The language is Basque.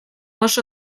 oso